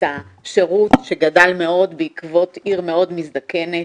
השירות שגדל מאוד בעקבות עיר מאוד מזדקנת.